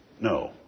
no